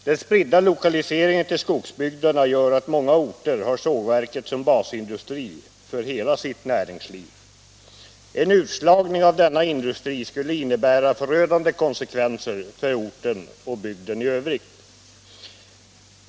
Den spridda lokaliseringen till skogsbygderna gör att många orter har sågverket som basindustri för hela sitt näringsliv. En utslagning av denna industri skulle innebära förödande konsekvenser för orten och bygden i övrigt.